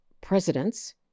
presidents